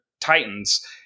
Titans